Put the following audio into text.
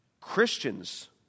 Christians